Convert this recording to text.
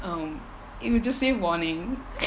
um it will just say warning